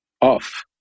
off